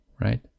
right